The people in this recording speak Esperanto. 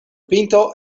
pinto